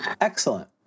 Excellent